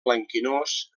blanquinós